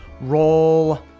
roll